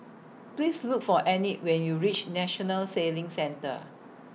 Please Look For Enid when YOU REACH National Sailing Centre